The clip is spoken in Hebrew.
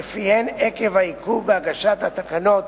שלפיהן, עקב העיכוב בהגשת התקנות